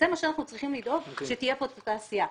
אנחנו צריכים לדאוג שתהיה כאן תעשייה.